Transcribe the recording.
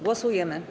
Głosujemy.